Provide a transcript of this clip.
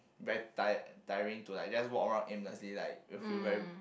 very tired tiring to like just walk around aimlessly like you feel very